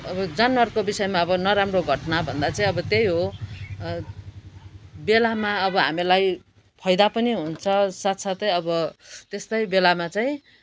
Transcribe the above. अब जनावरको विषयमा अब नराम्रो घटना भन्दा चाहिँ अब त्यही हो बेलामा अब हामीलाई फाइदा पनि हुन्छ साथ साथै अब त्यस्तै बेलामा चाहिँ